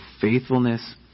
Faithfulness